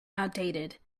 outdated